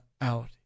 out